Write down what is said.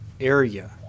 area